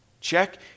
check